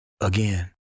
Again